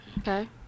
Okay